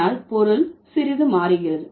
ஆனால் பொருள் சிறிது மாறுகிறது